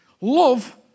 Love